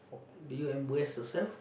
do you embrace yourself